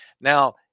Now